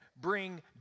bring